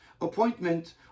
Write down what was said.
appointment